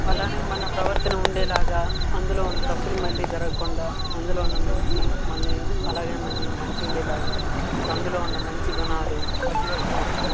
అలానే మన ప్రవర్తన ఉండేలాగా అందులో ఉన్న తప్పులు మళ్ళీ జరగకుండా అందులో ఉన్న మంచి అలాగే మళ్ళీ మంచి ఉండేలాగా అందులో ఉన్న మంచి గుణాలు పసిగడుతూ ఉంటాం